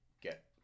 get